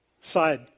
side